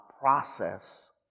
process